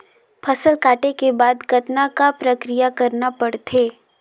फसल काटे के बाद कतना क प्रक्रिया करना पड़थे?